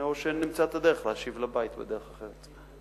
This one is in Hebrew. או שנמצא את הדרך להשיב לבית בדרך אחרת.